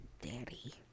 daddy